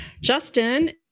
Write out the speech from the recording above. Justin